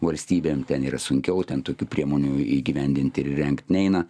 valstybėm ten yra sunkiau ten tokių priemonių įgyvendinti ir įrengt neina